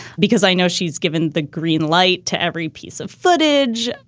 because i know she's given the green light to every piece of footage.